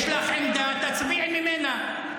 יש לך עמדה, תצביעי ממנה.